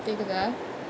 கேக்குதா:kekutha